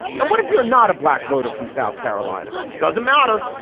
and what if you're not a black voter from south carolina? doesn't matter.